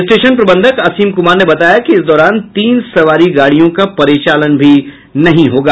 station प्रबंधक असीम कुमार ने बताया कि इस दौरान तीन सवारी गाड़ियों का परिचालन भी नहीं होगा